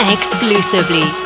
Exclusively